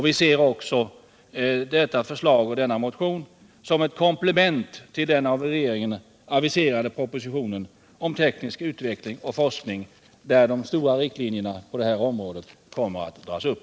Vi ser också detta förslag och denna motion som komplement till den av regeringen aviserade propositionen om teknisk utveckling och forskning, där de stora riktlinjerna på detta område kommer att dras upp.